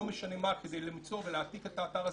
זה למצוא ולהעתיק את האתר הזה.